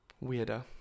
weirder